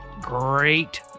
great